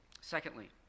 Secondly